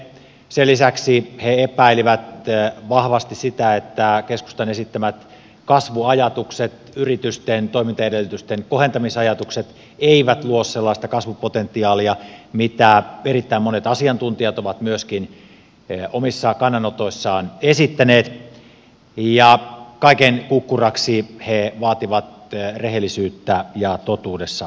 sen lisäksi he epäilivät vahvasti että keskustan esittämät kasvuajatukset yritysten toimintaedellytysten kohentamisajatukset eivät luo sellaista kasvupotentiaalia mitä erittäin monet asiantuntijat ovat myöskin omissa kannanotoissaan esittäneet ja kaiken kukkuraksi he vaativat rehellisyyttä ja totuudessa pysymistä